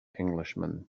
englishman